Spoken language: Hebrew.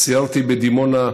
סיירתי בדימונה.